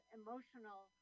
emotional